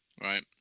right